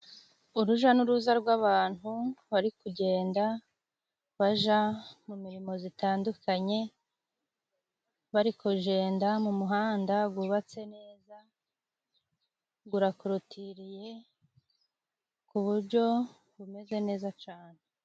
Uruja n'uruza rw'abantu barikugenda baja mu mirima zitandukanye ,bari kujenda mu muhanda gubatse neza gurakorotiriye Ku buryo gumeze neza cane.